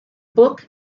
book